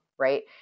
right